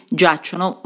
giacciono